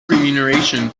remuneration